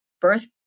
birth